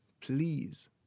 please